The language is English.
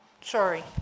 Sorry